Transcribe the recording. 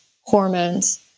hormones